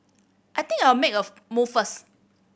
I think I'll make a move first